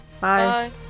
Bye